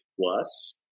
plus